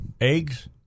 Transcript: eggs